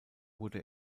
wurde